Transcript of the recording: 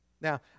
Now